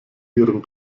ihren